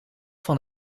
van